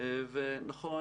בכל מקרה,